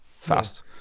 fast